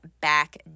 back